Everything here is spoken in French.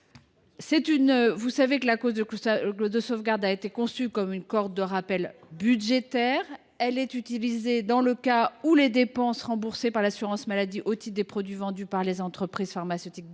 pour 2025. La clause de sauvegarde a été conçue comme une corde de rappel budgétaire. Elle est utilisée dans les cas où les dépenses remboursées par l’assurance maladie au titre des produits vendus par les entreprises pharmaceutiques dépassent